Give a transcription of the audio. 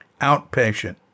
Outpatient